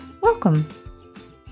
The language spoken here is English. Welcome